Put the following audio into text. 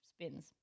spins